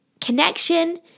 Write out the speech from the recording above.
connection